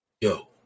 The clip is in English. Yo